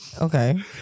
okay